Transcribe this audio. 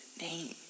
name